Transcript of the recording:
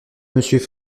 monsieur